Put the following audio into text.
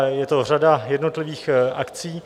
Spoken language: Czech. Je to řada jednotlivých akcí.